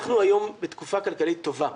אנחנו היום בתקופה כלכלית טובה.